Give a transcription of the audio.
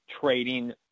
trading